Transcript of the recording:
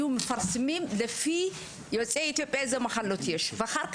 מפרסמים לפי יוצאי אתיופיה אלו מחלות יש ואחר כך